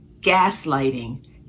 gaslighting